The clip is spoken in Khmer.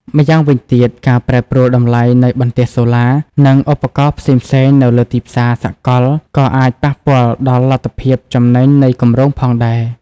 ម្យ៉ាងវិញទៀត ការប្រែប្រួលតម្លៃនៃបន្ទះសូឡា និងឧបករណ៍ផ្សេងៗនៅលើទីផ្សារសកល ក៏អាចប៉ះពាល់ដល់លទ្ធភាពចំណេញនៃគម្រោងផងដែរ។